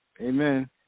Amen